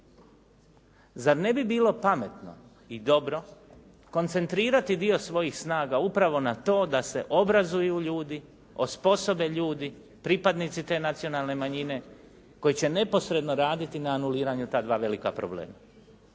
Zar ne bi bilo pametno i dobro koncentrirati dio svojih snaga upravo na to da se obrazuju ljudi, osposobe ljudi pripadnici te nacionalne manjine koji će neposredno raditi na anuliranju ta dva velika problema.